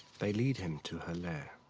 they lead him to her lair.